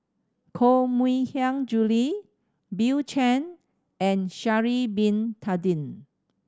Koh Mui Hiang Julie Bill Chen and Sha'ari Bin Tadin